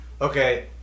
okay